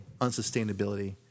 unsustainability